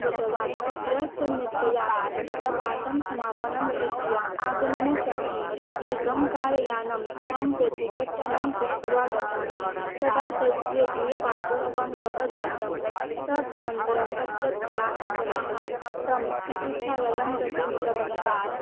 गतवान् तत्र सम्यक्तया गीतापाठं समापनं कृत्वा आगमन समये एकं कार् यानं तं प्रति घट्टनं कृत्वा गतं तदा तस्य द्वौ पादौ भग्नौ जातौ तद् अनन्तरं तत्रत्याः जनाः तं चिकित्सालयं प्रति नीतवन्तः